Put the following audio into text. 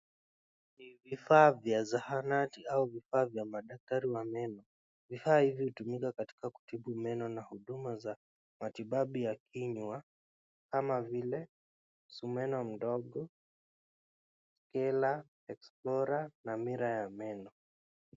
Ni vifaa vya zahanati au vifaa vya madaktari wa meno. Bidhaa hivi hutumika katika kutibu meno na huduma ya matibabu ya kinywa kama vile msumeno mdogo, scaler , explorer na mirror ya meno.